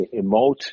emote